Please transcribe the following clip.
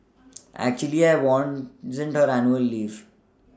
actually I want annual leave